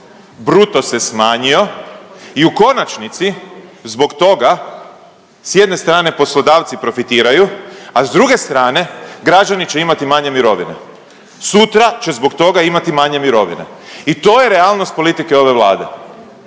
Bruto se smanjio i u konačnici zbog toga s jedne strane poslodavci profitiraju, a s druge strane građani će imati manje mirovine. Sutra će zbog toga imati manje mirovine i to je realnost politike ove Vlade.